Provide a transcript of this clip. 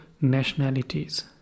nationalities